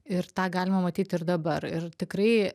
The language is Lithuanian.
ir tą galima matyt ir dabar ir tikrai